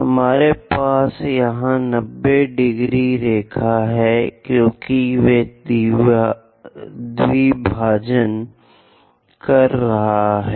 हमारे पास यह 90 डिग्री रेखा है क्योंकि वे द्विभाजन कर रहे हैं